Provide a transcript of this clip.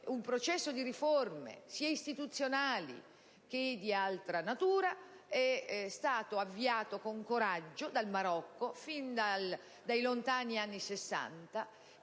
un processo di riforme, sia istituzionali che di altra natura, è stato avviato con coraggio dal Marocco, fin dai lontani anni '60.